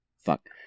fuck